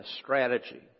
strategy